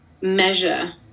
measure